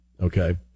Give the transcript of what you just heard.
Okay